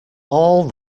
all